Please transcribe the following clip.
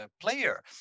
player